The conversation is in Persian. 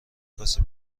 کاسه